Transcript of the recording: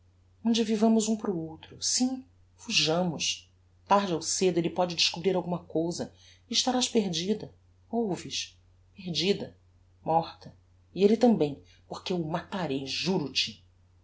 onde vivamos um para o outro sim fujamos tarde ou cedo elle póde descobrir alguma cousa e estarás perdida ouves perdida morta e elle tambem porque eu